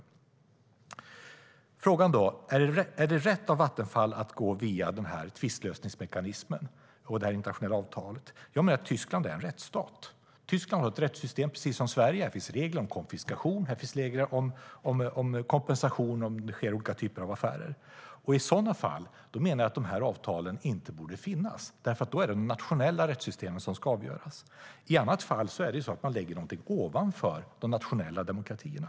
Frågan är då: Är det rätt av Vattenfall att gå via denna tvistlösningsmekanism och detta internationella avtal? Jag menar att Tyskland är en rättsstat. Tyskland har, precis som Sverige, ett rättssystem. Där finns det regler om konfiskation, och det finns regler om kompensation vid olika typer av affärer. I så fall menar jag att dessa avtal inte borde finnas, därför att det då är de nationella rättssystemen som ska avgöra. I annat fall lägger man någonting ovanför de nationella demokratierna.